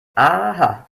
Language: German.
aha